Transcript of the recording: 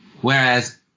Whereas